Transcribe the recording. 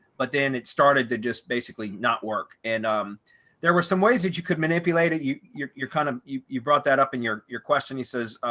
but then it started to just basically not work. and um there were some ways that you could manipulate it you you're kind of you you brought that up in your your question, he says,